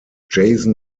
jason